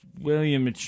William